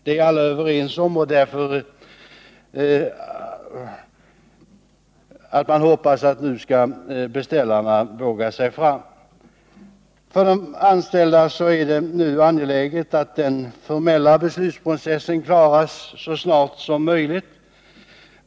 Det är alla överens om, därför att man hoppas att beställarna nu skall våga sig fram. För de anställda är det nu angeläget att den formella beslutsprocessen klaras av så snart som möjligt.